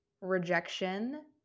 rejection